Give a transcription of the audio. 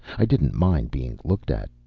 i didn't mind being looked at.